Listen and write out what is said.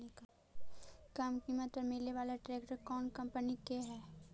कम किमत पर मिले बाला ट्रैक्टर कौन कंपनी के है?